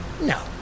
No